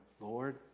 Lord